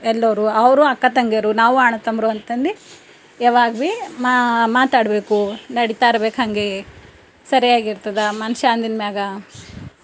ಎಲ್ಲರು ಅವರೂ ಅಕ್ಕ ತಂಗಿಯರು ನಾವು ಅಣ್ಣ ತಮ್ಮರು ಅಂತಂದು ಯಾವಾಗ್ ಬಿ ಮಾತಾಡಬೇಕು ನಡೀತಾ ಇರ್ಬೇಕು ಹಂಗೆ ಸರಿಯಾಗಿ ಇರ್ತದ ಮನುಷ್ಯ ಅಂದಿದ ಮ್ಯಾಗ